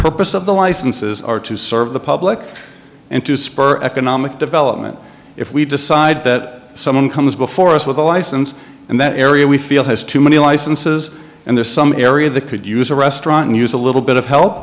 purpose of the licenses are to serve the public and to spur economic development if we decide that someone comes before us with a license and that area we feel has too many licenses and there's some area that could use a restaurant and use a little bit of help